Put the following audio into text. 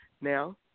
now